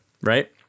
right